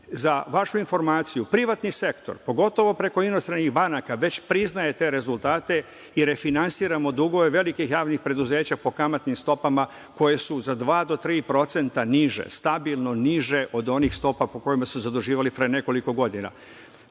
vašu informaciju, privatni sektor, pogotovo preko inostranih banaka, već priznaje te rezultate i refinansiramo dugove velikih javnih preduzeća po kamatnim stopama koje su za dva do tri procenta niže, stabilno niže od onih stopa po kojima su se zaduživala pre nekoliko godina.